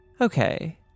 Okay